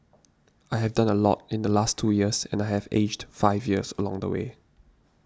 I have done a lot in the last two years and I have aged five years along the way